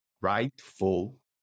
rightful